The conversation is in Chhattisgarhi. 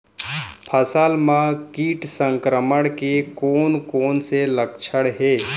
फसल म किट संक्रमण के कोन कोन से लक्षण हे?